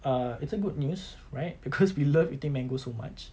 uh it's a good news right because we love eating mango so much